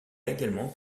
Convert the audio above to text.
également